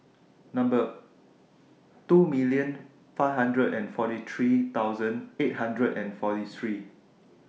Number two million five hundred and forty three thousand eight hundred and forty three